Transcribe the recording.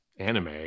anime